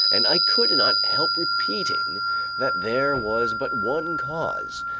and i could not help repeating that there was but one cause,